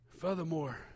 Furthermore